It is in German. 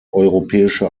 europäische